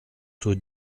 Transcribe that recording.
tout